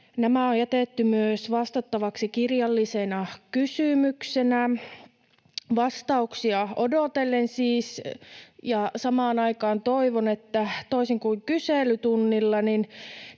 Nämä on jätetty myös vastattavaksi kirjallisena kysymyksenä. Vastauksia odotellen siis, ja samaan aikaan toivon, että toisin kuin kyselytunnilla,